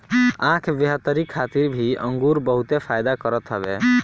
आँख बेहतरी खातिर भी अंगूर बहुते फायदा करत हवे